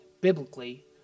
biblically